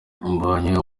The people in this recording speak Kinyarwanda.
mbonye